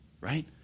Right